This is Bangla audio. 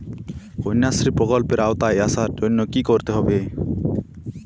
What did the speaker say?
কন্যাশ্রী প্রকল্পের আওতায় আসার জন্য কী করতে হবে?